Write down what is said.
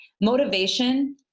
Motivation